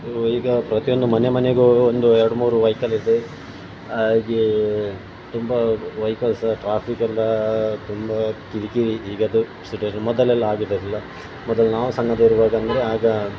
ಈಗ ಪ್ರತಿಯೊಂದು ಮನೆ ಮನೆಗೂ ಒಂದು ಎರಡು ಮೂರು ವಯ್ಕಲ್ಲಿದೆ ಹಾಗೆ ತುಂಬ ವಯ್ಕಲ್ಸ್ ಸಹ ಟ್ರಾಫಿಕ್ಕಿಂದ ತುಂಬ ಕಿರಿ ಕಿರಿ ಈಗಿಂದು ಸಿಟುಯೇಷನ್ ಮೊದಲ್ಲೆಲ್ಲ ಹಾಗಿರ್ಲಿಲ್ಲ ಮೊದಲು ನಾವು ಸಣ್ಣದಿರುವಾಗ ಅಂದರೆ ಆಗ